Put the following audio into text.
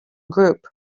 group